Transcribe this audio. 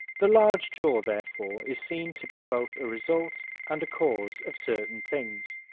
the large jaw, therefore, is seen to be both a result and a cause of certain things.